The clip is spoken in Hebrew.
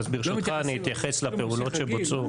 אז ברשותך, אני אתייחס לפעולות שבוצעו.